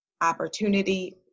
opportunity